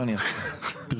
לימור סון הר מלך (עוצמה יהודית): וטוב שכך.